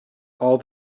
all